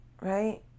Right